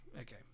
okay